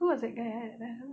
who was that guy ah that time